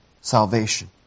salvation